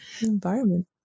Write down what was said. environment